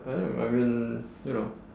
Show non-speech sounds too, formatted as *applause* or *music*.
*noise* I mean you know